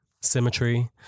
symmetry